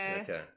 Okay